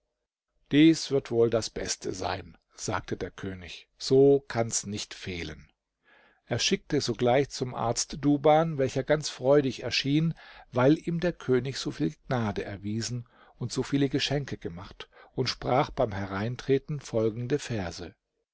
dies wird wohl das beste sein sagte der könig so kann's nicht fehlen er schickte sogleich zum arzt duban welcher ganz freudig erschien weil ihm der könig so viele gnade erwiesen und so viele geschenke gemacht und sprach beim hereintreten folgende verse